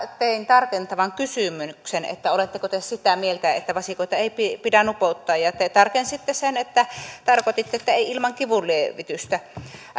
tein tarkentavan kysymyksen että oletteko te sitä mieltä että vasikoita ei pidä pidä nupouttaa te tarkensitte sen että tarkoititte että ei ilman kivunlievitystä